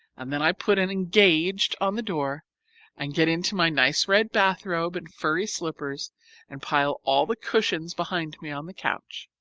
and then i put an engaged on the door and get into my nice red bath robe and furry slippers and pile all the cushions behind me on the couch,